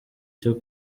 cyo